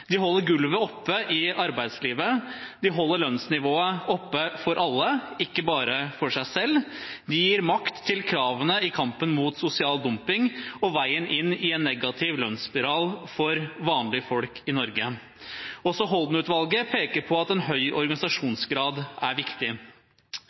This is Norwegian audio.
De holder gulvet oppe i arbeidslivet, de holder lønnsnivået oppe for alle – ikke bare for seg selv, de gir makt til kravene i kampen mot sosial dumping og veien inn i en negativ lønnsspiral for vanlige folk i Norge. Også Holden-utvalget peker på at en høy